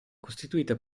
costituita